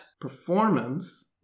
performance